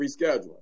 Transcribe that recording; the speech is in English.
rescheduling